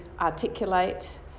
articulate